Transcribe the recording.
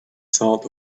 salt